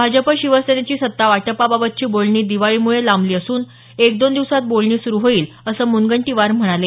भाजप शिवसेनेची सत्तावाटपाबाबतची बोलणी दिवाळीमुळे लांबली असून एक दोन दिवसांत बोलणी सुरू होतील असं मुनगंटीवार म्हणाले